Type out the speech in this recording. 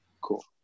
Cool